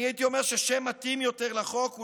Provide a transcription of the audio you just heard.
אני הייתי אומר ששם מתאים יותר לחוק הוא